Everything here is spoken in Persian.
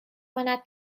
کند